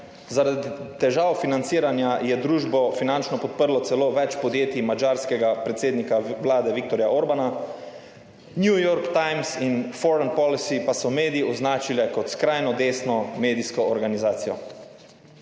Zaradi težav financiranja je družbo finančno podprlo celo več podjetij madžarskega predsednika vlade Viktorja Orbana. New York Times in Form policies pa so mediji označile kot skrajno desno medijsko organizacijo.